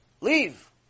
leave